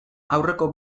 aurreko